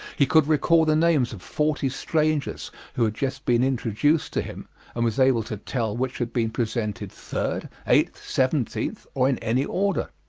he could recall the names of forty strangers who had just been introduced to him and was able to tell which had been presented third, eighth, seventeenth, or in any order.